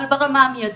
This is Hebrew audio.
אבל ברמה המיידית,